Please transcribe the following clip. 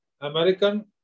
American